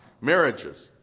marriages